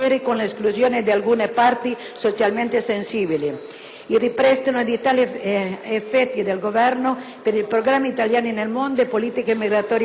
il ripristino dei tagli effettuati dal Governo per il «Programma Italiani nel mondo e politiche migratorie e sociali».